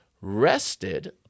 rested